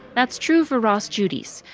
that's true for ross judice,